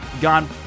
gone